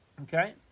Okay